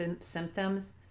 symptoms